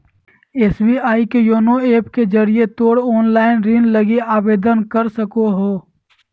SBI के YONO app के जरिए तोय ऑनलाइन ऋण लगी आवेदन कर सको हो